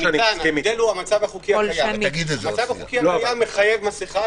המצב החוקי הקיים מחייב מסיכה,